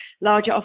larger